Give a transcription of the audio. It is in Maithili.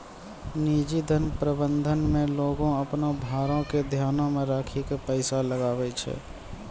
निजी धन प्रबंधन मे लोगें अपनो भारो के ध्यानो मे राखि के पैसा लगाबै छै